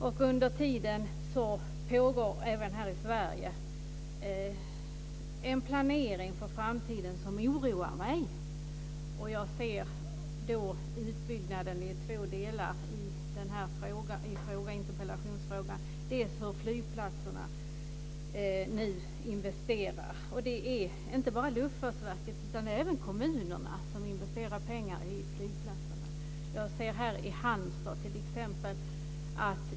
Under tiden pågår även här i Sverige en planering för framtiden som oroar mig. Jag ser då utbyggnaden i två delar i denna interpellation, bl.a. hur flygplatserna nu investerar. Och det är inte bara Luftfartsverket, utan det är även kommunerna som investerar pengar i flygplatserna.